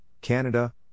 Canada